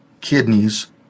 kidneys